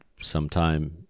sometime